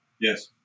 Yes